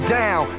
down